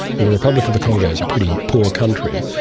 well, the republic of the congo is a pretty poor country,